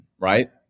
right